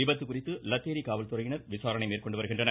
விபத்து குறித்து லத்தேரி காவல்துறையினர் விசாரணை மேற்கொண்டு வருகின்றனர்